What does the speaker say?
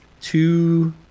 two